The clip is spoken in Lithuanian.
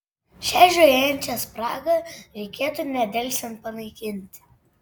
šią žiojėjančią spragą reikėtų nedelsiant panaikinti